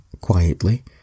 quietly